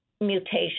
mutation